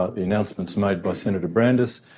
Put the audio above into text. ah the announcements made by senator brandis.